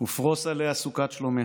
ופרוש עליה סוכת שלומך,